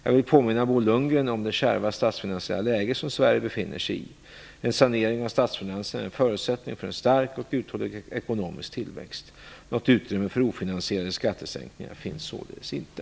Jag vill påminna Bo Lundgren om det kärva statsfinansiella läge som Sverige befinner sig i. En sanering av statsfinanserna är en förutsättning för en stark och uthållig ekonomisk tillväxt. Något utrymme för ofinansierade skattesänkningar finns således inte.